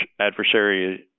adversary